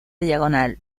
diagonal